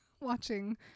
watching